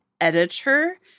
editor